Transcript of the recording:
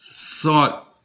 thought